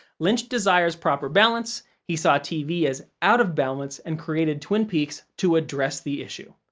lynch desires proper balance, he saw tv as out of balance and created twin peaks to address the issue.